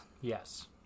Yes